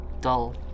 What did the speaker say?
dull